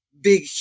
Big